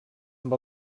amb